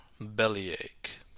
Bellyache